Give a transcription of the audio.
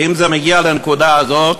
ואם זה מגיע לנקודה הזאת,